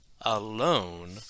alone